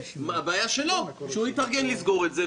הבעיה שלו היא שהוא התארגן לסגור את זה,